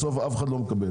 בסוף, אף אחד לא מקבל.